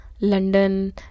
London